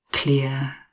clear